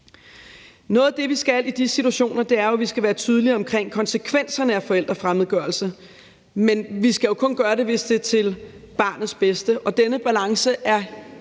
Noget af det, vi skal i de situationer, er, at vi skal være tydelige omkring konsekvenserne af forældrefremmedgørelse. Men vi skal jo kun gøre det, hvis det er til barnets bedste, og den balance er